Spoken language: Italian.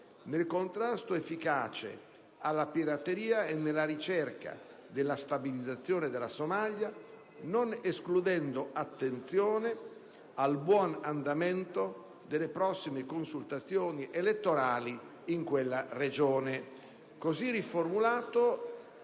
nel contrasto efficace alla pirateria e nella ricerca della stabilizzazione della Somalia non escludendo attenzione al buon andamento delle prossime consultazioni elettorali in quella regione.